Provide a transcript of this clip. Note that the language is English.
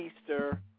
Easter